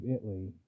Italy